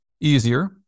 easier